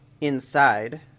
inside